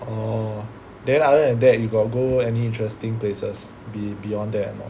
oh then other than that you got go any interesting places be~ beyond there anot